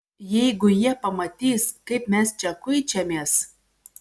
jeigu jie pamatys kaip mes čia kuičiamės